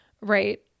right